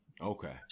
Okay